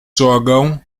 jogam